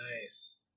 Nice